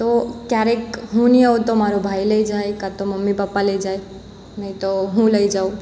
તો ક્યારેક હું નહીં હોઉં તો મારો ભાઈ લઈ જાય કાં તો મમ્મી પપ્પા લઈ જાય નઈ તો હું લઈ જાઉં